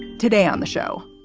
today on the show,